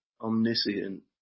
omniscient